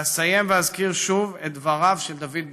ואסיים ואזכיר שוב את דבריו של דוד בן-גוריון,